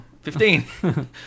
Fifteen